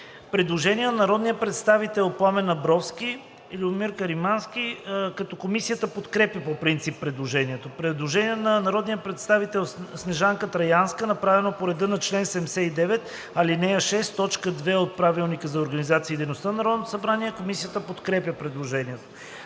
Предложение на народния представител Пламен Абровски и Любомир Каримански. Комисията подкрепя по принцип предложението. Предложение на народния представител Снежанка Траянска, направено по реда на чл. 79, ал. 6, т. 2 от ПОДНС. Комисията подкрепя предложението.